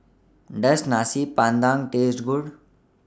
Does Nasi Padang Taste Good